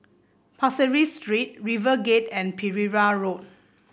Pasir Ris Street RiverGate and Pereira Road